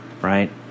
right